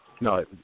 no